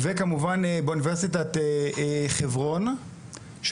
באוניברסיטת חברון,